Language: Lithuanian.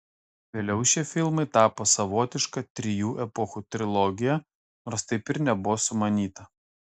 vėliau šie filmai tapo savotiška trijų epochų trilogija nors taip ir nebuvo sumanyta